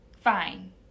fine